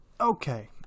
Okay